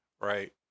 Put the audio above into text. right